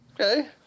Okay